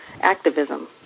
activism